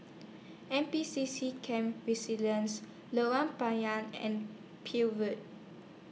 N P C C Camp Resilience Lorong Payah and Peel Road